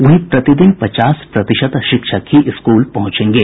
वहीं प्रतिदिन पचास प्रतिशत शिक्षक ही स्कूल पहंचेंगे